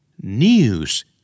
News